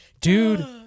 Dude